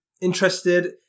interested